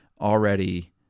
already